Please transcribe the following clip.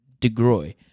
DeGroy